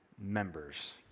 members